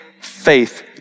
faith